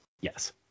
yes